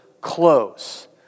close